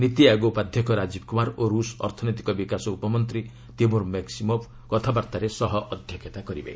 ନୀତି ଆୟୋଗ ଉପାଧ୍ୟକ୍ଷ ରାଜୀବ କୁମାର ଓ ରୁଷ ଅର୍ଥନୈତିକ ବିକାଶ ଉପମନ୍ତ୍ରୀ ତିମୁର୍ ମକ୍ୱିମୋବ୍ କଥାବାର୍ତ୍ତାରେ ସହ ଅଧ୍ୟକ୍ଷତା କରିବେ